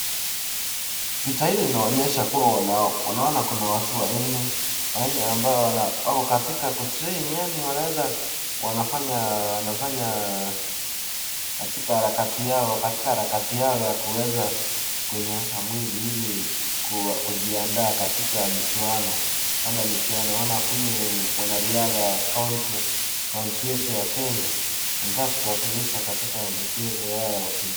Picha hili linaonyesha kuwa tunaona kuna watu wanne ambao wako katika kuitrain , yaani wanaweza wanafanya katika harakati yao, katika harakati yao ya kuweza kunyoosha mwili ili kujiandaa katika michuano. Kabla ya michuano wanakuja, ni wanariadha wa country yetu ya Kenya. Wanataka kutuwakilisha katika michezo yao ya ukimbiaji